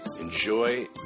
Enjoy